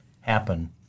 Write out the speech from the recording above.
happen